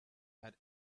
had